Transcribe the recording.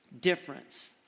difference